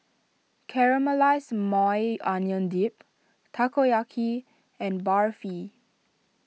Caramelized Maui Onion Dip Takoyaki and Barfi